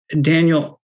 Daniel